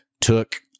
took